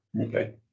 Okay